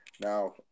Now